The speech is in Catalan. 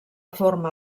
forma